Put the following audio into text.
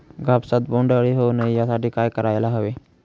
कापसात बोंडअळी होऊ नये यासाठी काय करायला हवे?